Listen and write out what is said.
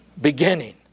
beginning